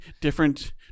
different